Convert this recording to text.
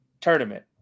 tournament